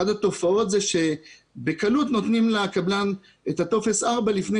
אחת התופעות היא שבקלות נותנים לקבלן טופס 4 לפני